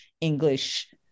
English